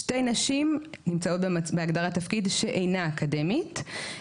שתי נשים נמצאות בהגדרת תפקיד שאינה אקדמית.